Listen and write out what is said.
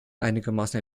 einigermaßen